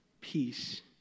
peace